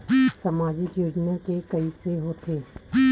सामाजिक योजना के कइसे होथे?